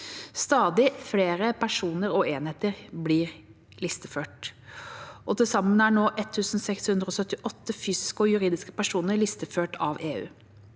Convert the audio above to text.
Stadig flere personer og enheter blir listeført. Til sammen er nå 1 678 fysiske og juridiske personer listeført av EU.